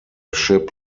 ship